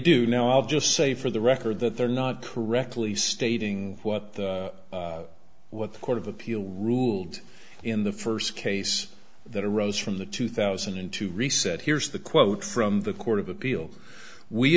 do now i'll just say for the record that they're not correctly stating what the what the court of appeal ruled in the first case that arose from the two thousand and two reset here's the quote from the court of appeal we